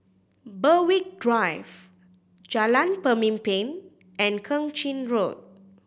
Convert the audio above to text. Berwick Drive Jalan Pemimpin and Keng Chin Road